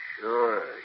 Sure